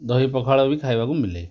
ଦହି ପଖାଳ ବି ଖାଇବାକୁ ମିଲେ